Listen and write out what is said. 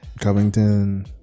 Covington